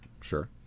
Sure